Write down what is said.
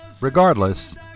Regardless